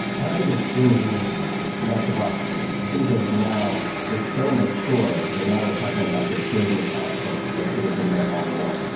i don't think it's changing much at all actually. i think there's now it's so mature that now we're talking about the business aspects that should have been there all along.